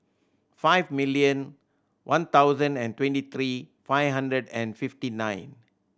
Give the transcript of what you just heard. five million one thousand and twenty three five hundred and fifty nine